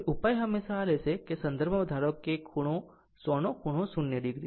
ઉપાય હંમેશાં આ લેશે કે તે એક સંદર્ભમાં ધારે તે 100 ખૂણો 0 o છે